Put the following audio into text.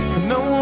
no